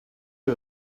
are